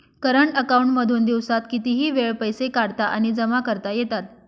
current account मधून दिवसात कितीही वेळ पैसे काढता आणि जमा करता येतात